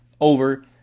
over